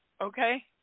Okay